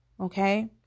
okay